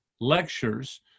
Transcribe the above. lectures